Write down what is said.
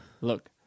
Look